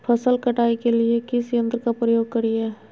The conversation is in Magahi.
फसल कटाई के लिए किस यंत्र का प्रयोग करिये?